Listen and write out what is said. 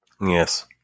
Yes